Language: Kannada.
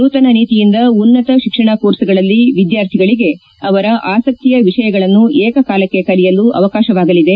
ನೂತನ ನೀತಿಯಿಂದ ಉನ್ನತ ಶಿಕ್ಷಣ ಕೋರ್ಸ್ಗಳಲ್ಲಿ ವಿದ್ಯಾರ್ಥಿಗಳಿಗೆ ಅವರ ಆಸಕ್ತಿಯ ವಿಷಯಗಳನ್ನು ಏಕಕಾಲಕ್ಷೆ ಕಲಿಯಲು ಅವಕಾಶವಾಗಲಿದೆ